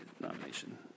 nomination